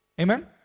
Amen